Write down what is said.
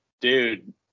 Dude